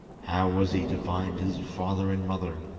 how was he to find his father and mother,